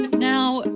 now,